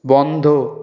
বন্ধ